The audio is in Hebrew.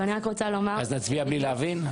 אז נצביע בלי להבין?